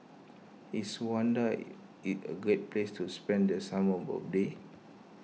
is Rwanda A a great place to spend the summer holiday